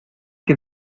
que